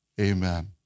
Amen